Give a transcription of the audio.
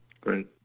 Great